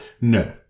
No